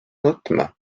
nutma